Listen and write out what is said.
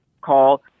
call